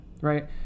right